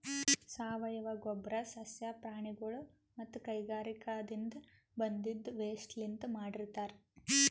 ಸಾವಯವ ಗೊಬ್ಬರ್ ಸಸ್ಯ ಪ್ರಾಣಿಗೊಳ್ ಮತ್ತ್ ಕೈಗಾರಿಕಾದಿನ್ದ ಬಂದಿದ್ ವೇಸ್ಟ್ ಲಿಂತ್ ಮಾಡಿರ್ತರ್